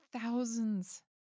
thousands